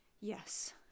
Yes